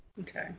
Okay